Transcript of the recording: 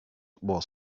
was